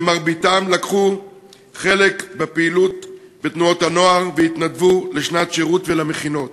שמרביתם לקחו חלק בפעילות בתנועות הנוער והתנדבו לשנת שירות ולמכינות.